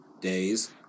days